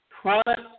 product